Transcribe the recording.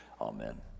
Amen